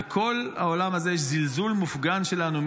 בכל העולם הזה יש זלזול מופגן שלנו,